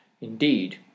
Indeed